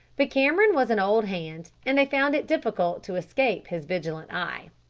but cameron was an old hand, and they found it difficult to escape his vigilant eye.